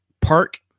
park